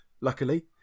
Luckily